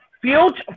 Future